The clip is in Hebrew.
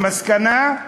המסקנה,